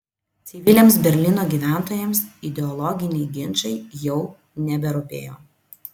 civiliams berlyno gyventojams ideologiniai ginčai jau neberūpėjo